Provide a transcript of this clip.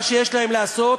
מה שיש להם לעשות,